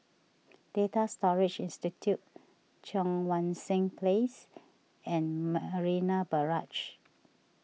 Data Storage Institute Cheang Wan Seng Place and Marina Barrage